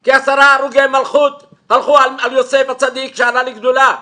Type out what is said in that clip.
כי עשרה הרוגי מלכות הלכו על יוסף הצדיק שעלה לגדולה.